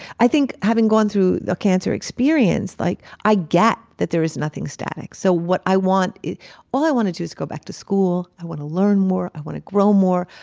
i think having gone through the cancer experience like i get that there is nothing static, so what i want all i want to do is go back to school. i want to learn more. i want to grow more.